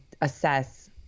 assess